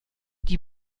die